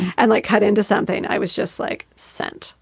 and like, cut into something. i was just like sent.